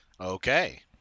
Okay